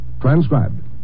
Transcribed